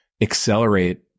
accelerate